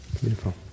Beautiful